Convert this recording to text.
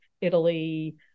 Italy